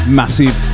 massive